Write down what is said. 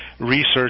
research